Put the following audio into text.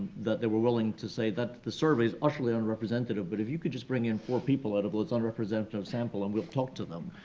that they were willing to say that the survey is utterly unrepresentative, but if you could just bring in four people out of what's an unrepresentative sample, and we'll talk to them,